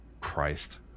Christ